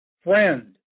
friend